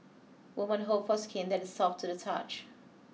women hope for skin that is soft to the touch